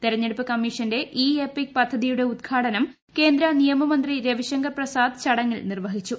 തെരഞ്ഞെടുപ്പ് കമ്മീഷന്റെ e EPIC പദ്ധതിയുടെ ഉദ്ഘാടനം കേന്ദ്ര നിയമ മന്ത്രി രവി ശങ്കർ പ്രസാദ് ചടങ്ങിൽ നിർവഹിച്ചു